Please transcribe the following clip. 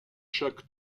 chaque